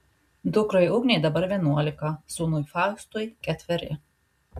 dukrai ugnei dabar vienuolika sūnui faustui ketveri